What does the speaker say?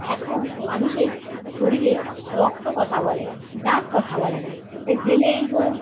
এখন মানুষের শরীরে রক্ত কথা বলে জাত কথা বলে না তাই জেলেই হোক